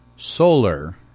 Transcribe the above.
solar